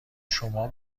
شما